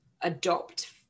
adopt